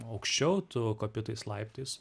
aukščiau tu kopi tais laiptais